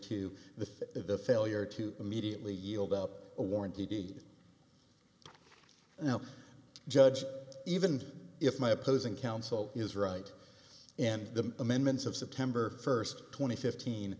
to the failure to immediately yield up a warranty deed now judge even if my opposing counsel is right and the amendments of september first twenty fifteen